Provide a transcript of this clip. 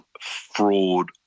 fraud